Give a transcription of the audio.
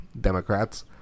Democrats